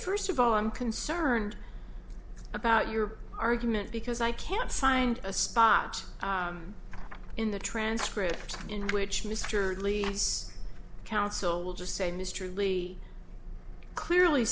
first of all i'm concerned about your argument because i can't find a spot in the transcript in which mr lee's counsel will just say mr lee clearly